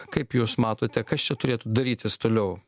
kaip jūs matote kas čia turėtų darytis toliau